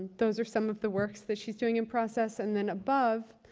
those are some of the works that she's doing in process. and then above,